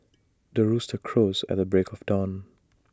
the rooster crows at the break of dawn